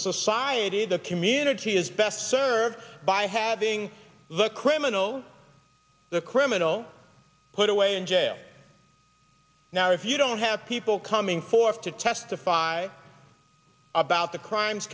society of the community is best served by having the criminal the criminal put away in jail now if you don't have people coming forth to testify about the crimes